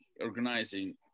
organizing